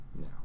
No